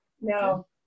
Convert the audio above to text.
no